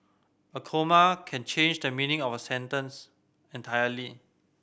a comma can change the meaning of sentence entirely